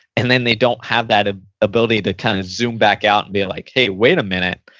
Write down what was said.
and then they don't have that ah ability to kind of zoom back out and be like, hey, wait a minute.